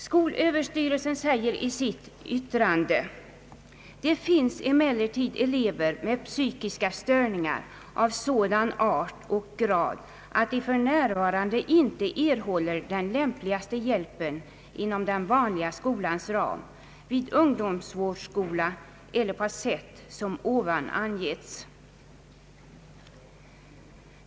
Skolöverstyrelsen anför i sitt yttrande: »Det finns emellertid elever med psykiska störningar av sådan art och grad att de för närvarande inte erhåller den lämpligaste hjälpen inom den vanliga skolans ram, vid ungdomsvårdsskola eller på sätt som ovan angetts.